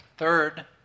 Third